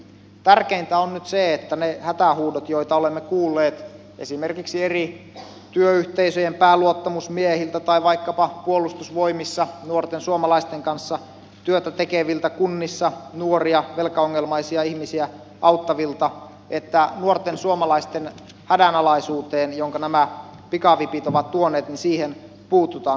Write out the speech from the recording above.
tärkeintä on nyt se että niihin hätähuutoihin joita olemme kuulleet esimerkiksi eri työyhteisöjen pääluottamusmiehiltä tai vaikkapa puolustusvoimissa nuorten suomalaisten kanssa työtä tekeviltä kunnissa nuoria velkaongelmaisia ihmisiä auttavilta että nuorten suomalaisten hädänalaisuuteen jonka nämä pikavipit ovat tuoneet puututaan